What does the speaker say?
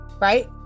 right